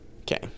Okay